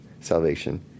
salvation